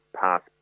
past